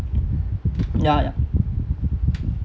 yeah yeah